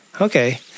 okay